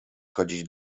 chodzić